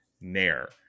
nair